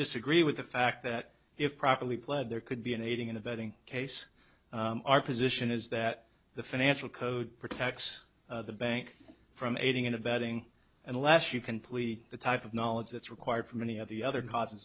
disagree with the fact that if properly pled there could be an aiding and abetting case our position is that the financial code protects the bank from aiding and abetting unless you can plea the type of knowledge that's required for many of the other causes